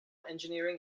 engineering